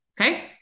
Okay